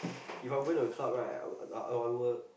If I going to club right I I would